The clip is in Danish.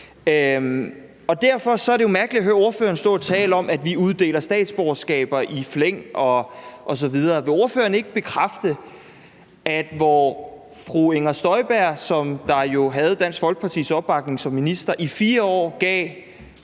Derfor er det jo mærkeligt at høre ordføreren tale om, at vi uddeler statsborgerskaber i flæng osv. Vil ordføreren ikke bekræfte, at hvor fru Inger Støjberg, som jo havde Dansk Folkepartis opbakning, som minister i 4 år gav